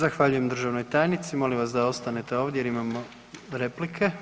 Zahvaljujem državnoj tajnici, molim vas da ostanete ovdje jer imamo replike.